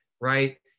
Right